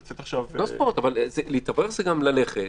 שזה בשביל להתאוורר,